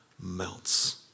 melts